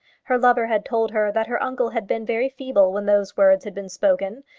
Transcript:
her lover had told her that her uncle had been very feeble when those words had been spoken,